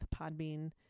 Podbean